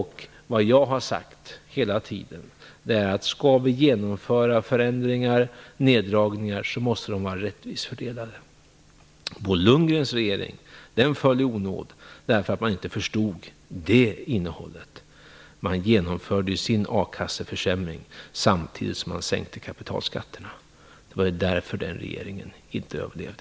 Jag har hela tiden sagt att om vi skall genomföra förändringar och neddragningar, så måste de vara rättvist fördelade. Bo Lundgrens regering föll i onåd därför att man inte förstod det innehållet. Man genomförde sin a-kasseförsämring samtidigt som man sänkte kapitalskatterna. Det var därför den regeringen inte överlevde.